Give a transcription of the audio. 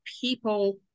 people